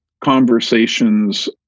conversations